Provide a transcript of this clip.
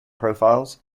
profiles